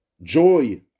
joy